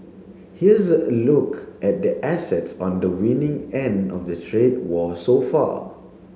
here's a look at the assets on the winning end of the trade war so far